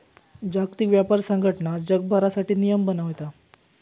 जागतिक व्यापार संघटना जगभरासाठी नियम बनयता